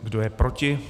Kdo je proti?